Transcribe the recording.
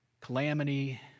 calamity